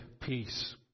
peace